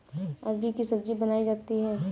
अरबी की सब्जी बनायीं जाती है